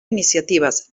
iniciatives